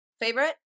favorite